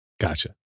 Gotcha